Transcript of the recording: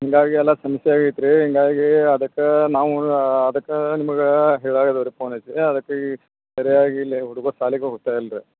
ಹೀಗಾಗಿ ಎಲ್ಲ ಸಮಸ್ಯೆ ಆಗೈತೆ ರೀ ಹೀಗಾಗಿ ಅದಕ್ಕೆ ನಾವು ಅದಕ್ಕೆ ನಿಮ್ಗ ಹೇಳಾಕತ್ತೀವಿ ರೀ ಫೋನ್ ಹಚ್ಚಿ ಅದಕ್ಕೆ ಈ ಸರಿಯಾಗಿ ಇಲ್ಲಿ ಹುಡ್ಗುರು ಶಾಲೆಗೆ ಹೋಗ್ತಾ ಇಲ್ರಿ